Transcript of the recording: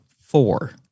four